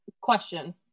question